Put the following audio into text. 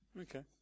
Okay